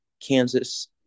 Kansas